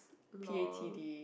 lol